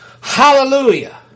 hallelujah